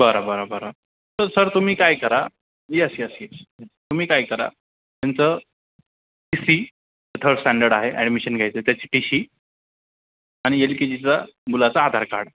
बरं बरं बरं तर सर तुम्ही काय करा येस येस येस येस तुम्ही काय करा त्यांचं टी सी थर्ड स्टँडर्ड आहे ॲडमिशन घ्यायचं त्याची टी सी आणि एल के जीचा मुलाचा आधार कार्ड